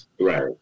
Right